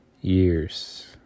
years